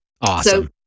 Awesome